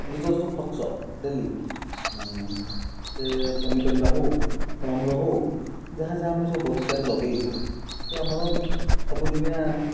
ନିଜର ଯେଉଁ ଖର୍ଚ୍ଚ ଡେଲି ସେ ପନିପରିବା ହଉ ଫଳ ମୂଳ ହଉ ଯାହା ଯାହା ଆମେ ସବୁ ବଗିଚାରେ ଲଗାଇଛୁ ସେ ଆମର ସବୁଦିନିଆ